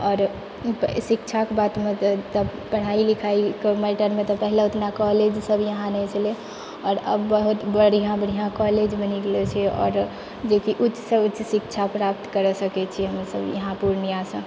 आओर शिक्षाके बातमे तऽ पढ़ाइ लिखाइके मैटरमे तऽ पहिले ओतना कॉलेज सब यहाँ नहि छलै आओर आब बहुत बढ़िआँ बढ़िआँ कॉलेज बनि गेलऽ छै आओर जेकि ऊच्चसँ ऊच्च शिक्षा प्राप्त करै सकै छी हमसब यहाँ पूर्णियासँ